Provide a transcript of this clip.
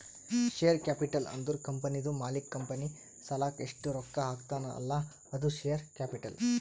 share capital ಅಂದುರ್ ಕಂಪನಿದು ಮಾಲೀಕ್ ಕಂಪನಿ ಸಲಾಕ್ ಎಸ್ಟ್ ರೊಕ್ಕಾ ಹಾಕ್ತಾನ್ ಅಲ್ಲಾ ಅದು ಶೇರ್ ಕ್ಯಾಪಿಟಲ್